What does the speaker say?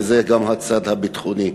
וזה גם הצד הביטחוני.